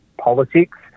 politics